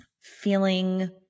feeling